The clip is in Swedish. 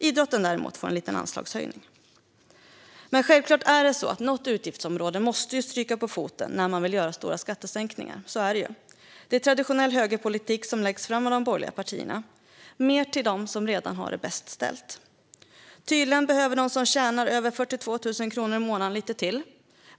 Idrotten får dock en liten anslagshöjning. Självklart måste något utgiftsområde stryka på foten när man vill göra stora skattesänkningar. Så är det. De borgerliga partierna lägger fram traditionell högerpolitik: mer till dem som redan har det bäst ställt. Tydligen behöver de som tjänar över 42 000 kronor i månaden lite till.